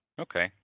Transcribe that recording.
Okay